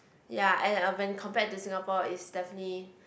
ya and um when compared to Singapore is definitely